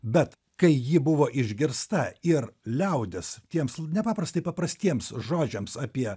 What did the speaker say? bet kai ji buvo išgirsta ir liaudis tiems nepaprastai paprastiems žodžiams apie